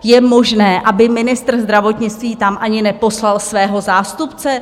Je možné, aby ministr zdravotnictví tam ani neposlal svého zástupce?